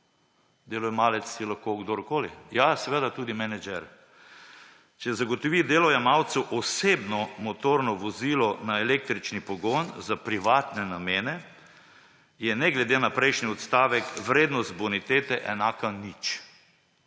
delojemalec je lahko kdorkoli, ja, seveda tudi menedžer, »če zagotovi delojemalcu osebno motorno vozilo na električni pogon za privatne namene, je ne glede na prejšnji odstavek vrednost bonitete enaka nič.«